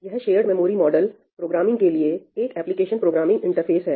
यह shared memory model programming के लिए एक एप्लीकेशन प्रोग्रामिंग इंटरफेस है